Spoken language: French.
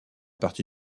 parti